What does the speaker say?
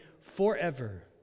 forever